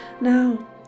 now